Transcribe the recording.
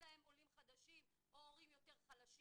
שלהם עולים חדשים או הורים יותר חלשים.